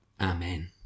Amen